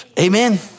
Amen